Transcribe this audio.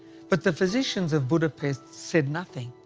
but the physicians of budapest said nothing.